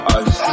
ice